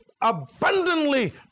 abundantly